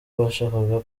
bashakaga